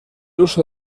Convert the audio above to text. uso